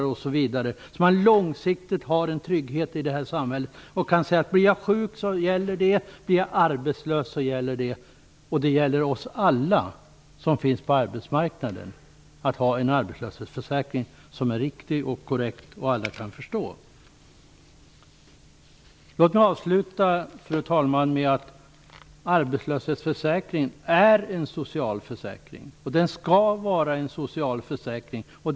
Och man skall veta att alla på arbetsmarknaden har en arbetslöshetsförsäkring som är riktig och som alla kan förstå. Avslutningsvis vill jag säga att arbetslöshetsförsäkringen är en social försäkring. Den skall vara en social försäkring.